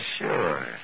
sure